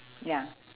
ya